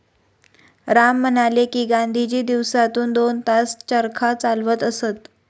राम म्हणाले की, गांधीजी दिवसातून दोन तास चरखा चालवत असत